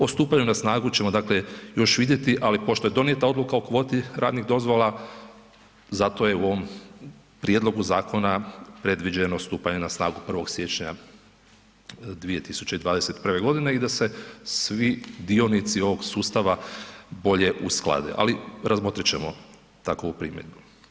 O stupanju na snagu ćemo još vidjeti, ali pošto je donijeta odluka o kvoti radnih dozvola zato je u ovom prijedlogu zakona predviđeno stupanje na snagu 1. siječnja 2021. godine i da se svi dionici ovog sustava bolje usklade, ali razmotrit ćemo takovu primjedbu.